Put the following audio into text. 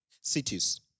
cities